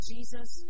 Jesus